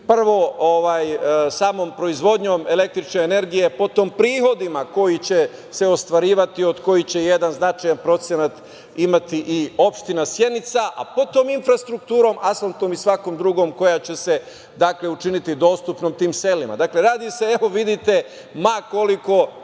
Prvo samom proizvodnjom električne energije, potom prihodima koji će se ostvarivati, od kojih će jedan značajan procenat imati i opština Sjenica, a potom infrastrukturom, asfaltom i svakom drugom koja će se učiniti dostupnom tim selima. Dakle, radi se, evo vidite, ma koliko